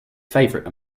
favorite